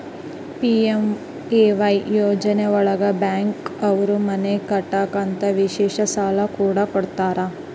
PMAY ಯೋಜನೆ ಒಳಗ bank ಅವ್ರು ಮನೆ ಕಟ್ಟಕ್ ಅಂತ ವಿಶೇಷ ಸಾಲ ಕೂಡ ಕೊಡ್ತಾರ